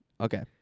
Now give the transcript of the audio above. Okay